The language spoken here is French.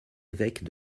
évêque